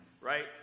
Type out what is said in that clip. right